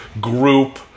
group